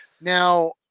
Now